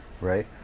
right